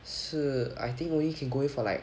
是 I think only can go in for like